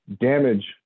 damage